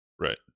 Right